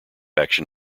action